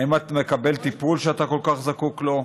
האם אתה מקבל טיפול, שאתה כל כך זקוק לו?